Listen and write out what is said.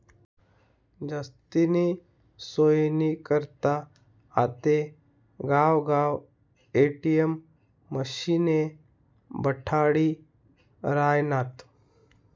जास्तीनी सोयनी करता आते गावगाव ए.टी.एम मशिने बठाडी रायनात